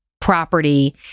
property